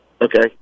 Okay